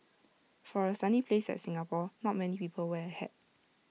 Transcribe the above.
for A sunny place like Singapore not many people wear A hat